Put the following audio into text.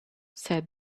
said